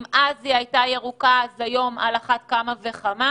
אם ישראל אז הייתה ירוקה היום על אחת כמה וכמה.